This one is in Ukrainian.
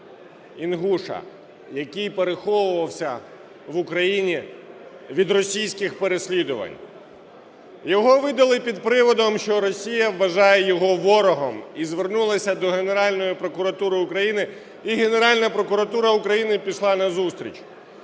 інгуша, який переховувався в Україні від російських переслідувань. Його видали під приводом, що Росія вважає його ворогом і звернулася до Генеральної прокуратури України. І Генеральна прокуратура України пішла назустріч.